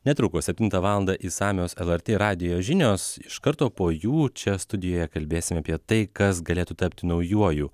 netrukus septintą valandą išsamios lrt radijo žinios iš karto po jų čia studijoje kalbėsime apie tai kas galėtų tapti naujuoju